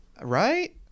Right